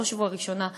בראש ובראשונה,